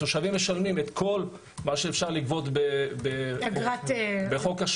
התושבים משלמים את כל מה שאפשר לגבות בחוק השמירה.